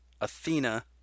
Athena